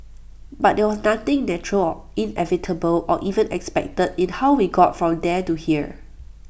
but there was nothing natural or inevitable or even expected in how we got from there to here